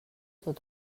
tot